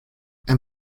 and